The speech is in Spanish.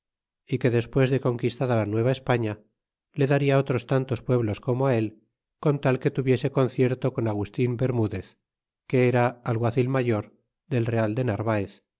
y que despues de conquistada la nueva españa le daria otros tantos pueblos como él con tal que tuviese concierto con a gustin bermudez que era alguacil mayor del real de narvaez